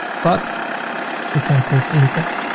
but we can take a look at